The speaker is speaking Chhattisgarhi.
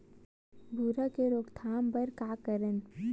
भूरा के रोकथाम बर का करन?